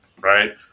Right